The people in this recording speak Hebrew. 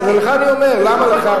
לך אני אומר: למה לך?